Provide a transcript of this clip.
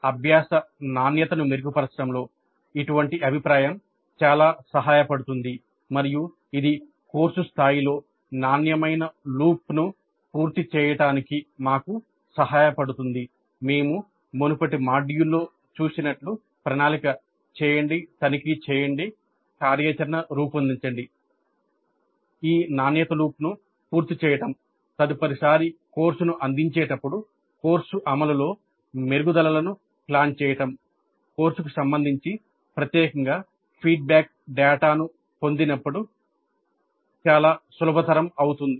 అభ్యాస నాణ్యతను మెరుగుపరచడంలో ఇటువంటి అభిప్రాయం చాలా సహాయ పడుతుంది మరియు ఇది కోర్సు స్థాయిలో నాణ్యమైన లూప్ను పూర్తి చేయటానికి మాకు సహాయపడుతుంది మేము మునుపటి మాడ్యూల్లో చూసినట్లు ప్రణాళిక చేయండి తనిఖీ చేయండి కార్యాచరణ రూపొందించండి ఈ నాణ్యత లూప్ను పూర్తి చేయటం తదుపరిసారి కోర్సును అందించేటప్పుడు కోర్సు అమలులో మెరుగుదలలను ప్లాన్ చేయడం కోర్సుకు సంబంధించి ప్రత్యేకంగా ఫీడ్బ్యాక్ డేటాను పొందినప్పుడు చాలా సులభతరం అవుతుంది